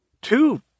Two